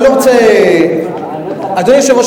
אדוני היושב-ראש,